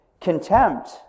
Contempt